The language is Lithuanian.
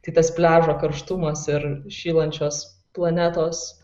kitas pliažo karštumas ir šylančios planetos